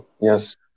Yes